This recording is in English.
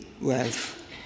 wealth